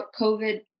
COVID